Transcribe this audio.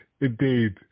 indeed